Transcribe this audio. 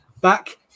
back